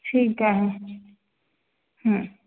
ठीक आहे